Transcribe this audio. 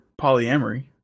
polyamory